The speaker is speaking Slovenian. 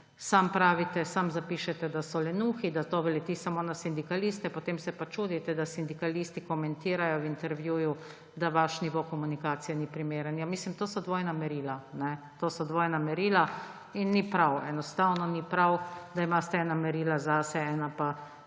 sami pravite, sami zapišete, da so lenuhi, da to leti samo na sindikaliste, potem se pa čudite, da sindikalisti komentirajo v intervjuju, da vaš nivo komunikacije ni primeren. To so dvojna merila. To so dvojna merila in ni prav, enostavno ni prav, da imate ena merila zase, ena pa